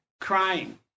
crying